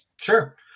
Sure